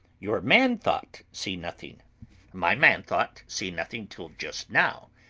your man-thought see nothing my man-thought see nothing, till just now.